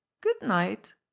Good-night